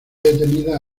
detenida